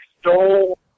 stole